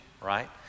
right